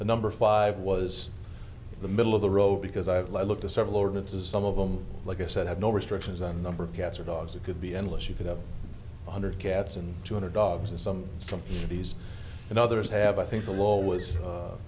the number five was the middle of the road because i've looked at several ordinances some of them like i said have no restrictions on number of cats or dogs that could be endless you could have one hundred cats and two hundred dogs and some some of these and others have i think the law was